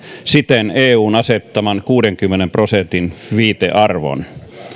siten eun asettaman kuudenkymmenen prosentin viitearvon